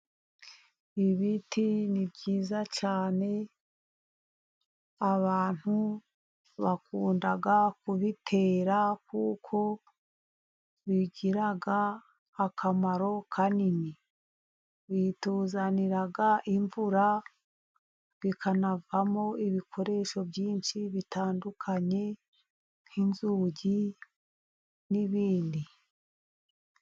Ibti ni byiza cyane, abantu bakunda kubitera, kuko bigira akamaro kanini. Bituzanira imvura, bikanavamo ibikoresho byinshi bitandukanye, nk'inzugi n'ibindi.